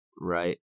Right